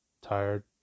tired